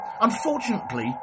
Unfortunately